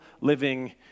living